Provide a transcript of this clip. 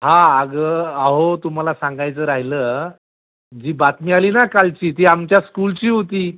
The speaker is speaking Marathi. हां अगं अहो तुम्हाला सांगायचं राहिलं जी बातमी आली ना कालची ती आमच्या स्कूलची होती